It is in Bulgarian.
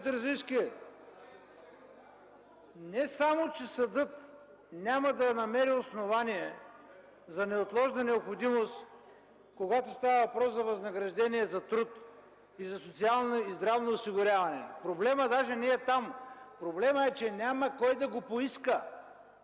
Терзийски, не само че съдът няма да намери основание за неотложна необходимост, когато става въпрос за възнаграждение за труд и за социално и здравно осигуряване. Проблемът даже не е там. Проблемът е, че няма кой да го поиска.